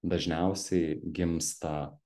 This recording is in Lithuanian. dažniausiai gimsta